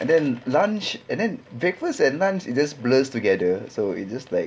and then lunch and then breakfast and lunch is just blurs together so it's just like